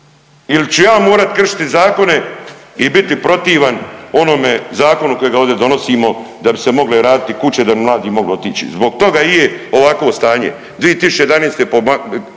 il ću ja morat kršiti zakone i biti protivan onome zakonu kojega ovdje donosimo da bi se mogle raditi kuće da bi mladi mogli otići. Zbog toga i je ovakvo stanje